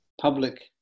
public